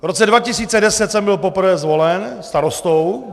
V roce 2010 jsem byl poprvé zvolen starostou.